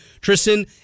Tristan